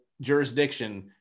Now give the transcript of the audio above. jurisdiction